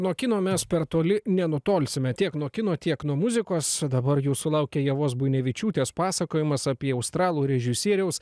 nuo kino mes per toli nenutolsime tiek nuo kino tiek nuo muzikos dabar jūsų laukia ievos buinevičiūtės pasakojimas apie australų režisieriaus